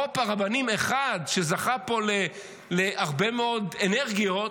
חוק הרבנים 1, שזכה פה להרבה מאוד אנרגיות,